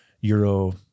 Euro